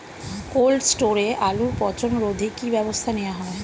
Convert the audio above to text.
Cold স্টোরে আলুর পচন রোধে কি ব্যবস্থা নেওয়া হয়?